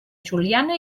juliana